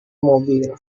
mobil